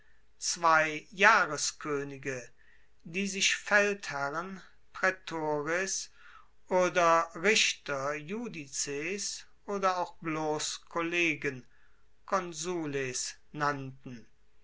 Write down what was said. zwei jahreskoenige die sich feldherren praetores oder richter iudices oder auch bloss kollegen konsuls nannten